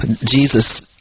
Jesus